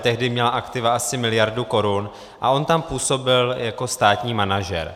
Tehdy měla aktiva asi miliardu korun a on tam působil jako státní manažer.